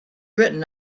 written